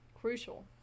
crucial